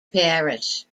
parish